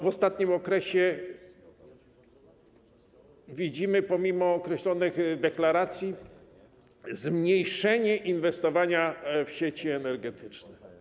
W ostatnim okresie widzimy, pomimo określonych deklaracji, zmniejszenie inwestowania w sieci energetyczne.